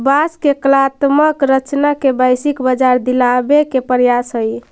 बाँस के कलात्मक रचना के वैश्विक बाजार दिलावे के प्रयास हई